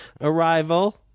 Arrival